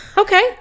okay